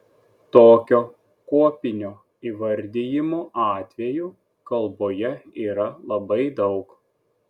tokio kuopinio įvardijimo atvejų kalboje yra labai daug